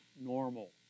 normal